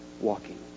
walking